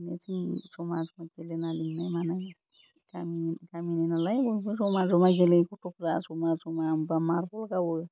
माने जों जमा जमा गेलेना लिंनाय मानाय गामिनि गामिनि नालाय बयबो जमा जमा गेलेयो गथ'फ्रा जमा जमा होमबा मारबल गावो